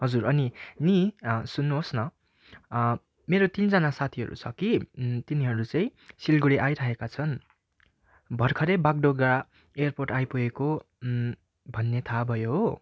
हजुर अनि नि सुन्नुहोस् न मेरो तिनजना साथीहरू छ कि तिनीहरू चाहिँ सिलगुढी आइरहेका छन् भर्खरै बागडोगरा एयरपोर्ट आइपुगेको भन्ने थाहा भयो हो